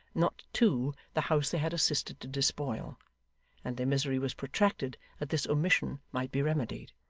not to, the house they had assisted to despoil and their misery was protracted that this omission might be remedied.